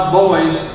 boys